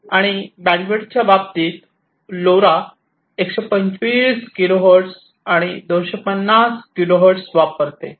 आणि बँडविड्थच्या बाबतीत लोरा 125 किलोगर्ट्ज आणि 250 किलोहर्ट्ज वापरते